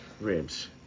Ribs